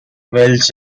welsh